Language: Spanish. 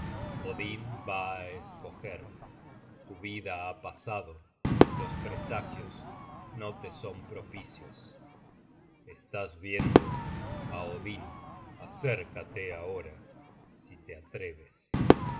escoger tu vida ha pasado los presagios no te son propicios estás viendo á odin acércate ahora si te atreves